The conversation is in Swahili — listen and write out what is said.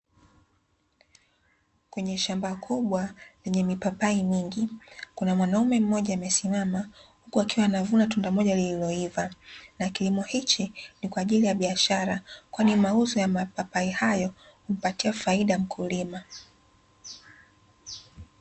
Kwenye shamba kubwa lenye mipapai mingi kuna mwanaume mmoja amesimama huku akiwa anavuna tunda moja lililoiva na kilimo hichi ni kwa ajili ya biashara kwani mauzo ya mapapai hayo humpatia faida mkulima.